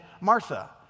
Martha